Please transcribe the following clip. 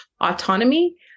autonomy